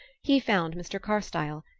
he found mr. carstyle,